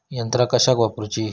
यंत्रा कशाक वापुरूची?